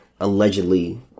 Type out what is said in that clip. allegedly